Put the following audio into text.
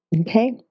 Okay